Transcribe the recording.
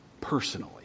personally